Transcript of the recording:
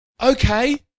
Okay